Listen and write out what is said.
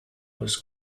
was